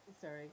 Sorry